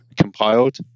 compiled